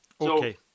Okay